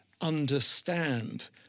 understand